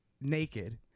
naked